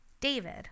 David